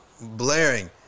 blaring